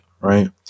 right